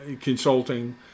consulting